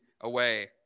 away